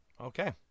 Okay